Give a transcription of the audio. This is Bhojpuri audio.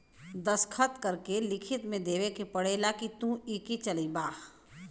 दस्खत करके लिखित मे देवे के पड़ेला कि तू इके चलइबा